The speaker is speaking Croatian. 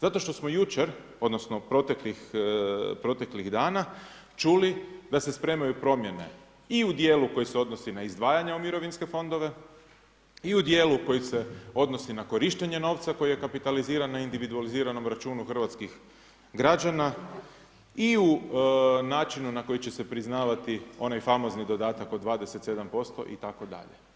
Zato što smo jučer odnosno proteklih dana čuli da se spremaju promjene i u djelu koji se odnosi na izdvajanja u mirovinske fondove i u djelu koji se odnosi na korištenje novca koji je kapitaliziran na individualiziranom računu hrvatskih građana i u načinu na koji će se priznavati onaj famozni dodatak od 27% itd.